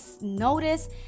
notice